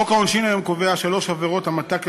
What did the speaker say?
חוק העונשין היום קובע שלוש עבירות המתה כלליות: